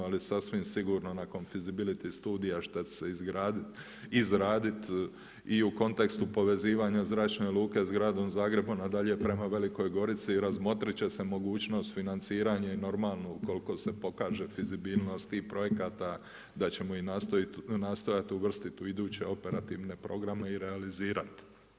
Ali sasvim sigurno nakon Feasibility studija šta će se izgradit, izradit i u kontekstu povezivanja zračne luke s gradom Zagrebom, a dalje prema Velikoj Gorici razmotrit će se mogućnost financiranje i normalno ukoliko se pokaže fizibilnost tih projekata da ćemo i nastojat uvrstit u iduće operativne programe i realizirat.